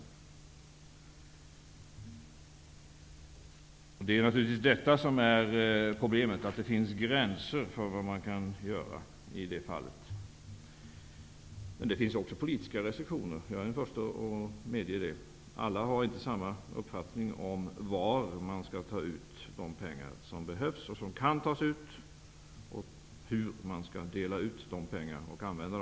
Problemet är naturligtvis att det finns gränser för vad man kan göra i detta fall. Men det finns också politiska restriktioner, vilket jag är den förste att medge. Alla har inte samma uppfattning om var man skall ta de pengar som behövs och som kan tas ut och hur man skall använda de pengar som man har.